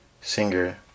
singer